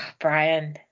Brian